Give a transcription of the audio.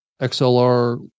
XLR